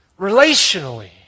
relationally